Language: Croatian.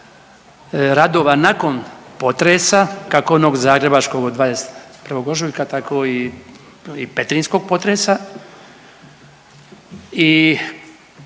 radova nakon potresa kako onog zagrebačkog od 21. ožujaka, tako i petrinjskog potresa